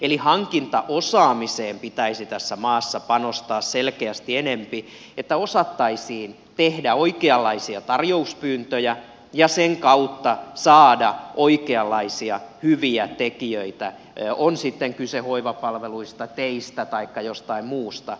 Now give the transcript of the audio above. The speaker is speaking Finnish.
eli hankintaosaamiseen pitäisi tässä maassa panostaa selkeästi enempi jotta osattaisiin tehdä oikeanlaisia tarjouspyyntöjä ja sen kautta voitaisiin saada oikeanlaisia hyviä tekijöitä on sitten kyse hoivapalveluista teistä taikka jostain muusta